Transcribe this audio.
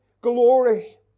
glory